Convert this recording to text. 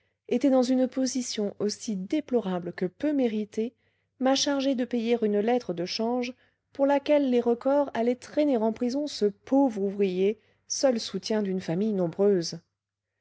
était dans une position aussi déplorable que peu méritée m'a chargé de payer une lettre de change pour laquelle les recors allaient traîner en prison ce pauvre ouvrier seul soutien d'une famille nombreuse